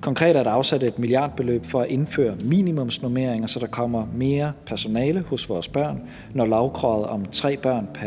Konkret er der afsat et milliardbeløb for at indføre minimumsnormeringer, så der kommer mere personale hos vores børn, når lovkravet om tre børn pr.